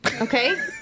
Okay